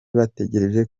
bategereje